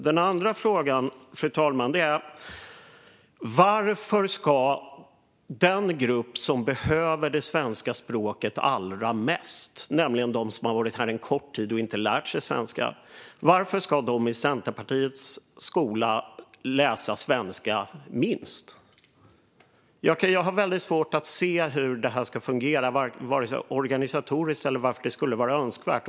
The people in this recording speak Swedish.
Den andra frågan, fru talman, är: Varför ska den grupp som behöver det svenska språket allra mest, nämligen de som har varit här kort tid och inte lärt sig svenska, i Centerpartiets skola läsa svenska minst? Jag har väldigt svårt att se hur detta ska fungera organisatoriskt och varför det skulle vara önskvärt.